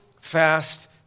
fast